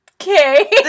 Okay